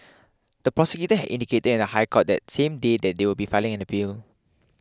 the prosecutors had indicated in the High Court that same day that they would be filing an appeal